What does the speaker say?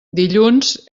dilluns